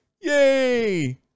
Yay